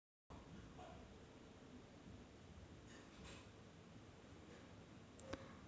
खरबूज पिकल्यावर हिरव्या ते पिवळ्या रंगात बदलते, मुळात त्याची फळे उंच वेलींमध्ये वाढतात